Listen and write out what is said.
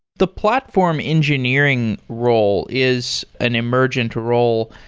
the platform engineering role is an emergent role.